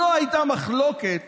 לא הייתה מחלוקת